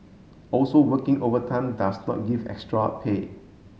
also working overtime does not give extra pay